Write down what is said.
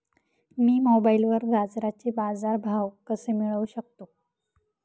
मी मोबाईलवर गाजराचे बाजार भाव कसे मिळवू शकतो?